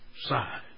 side